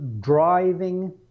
driving